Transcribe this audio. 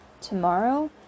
tomorrow